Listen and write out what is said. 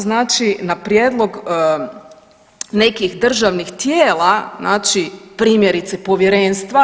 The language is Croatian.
Znači na prijedlog nekih državnih tijela znači primjerice Povjerenstva.